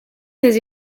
ses